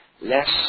less